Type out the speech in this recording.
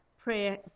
Prayer